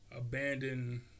Abandon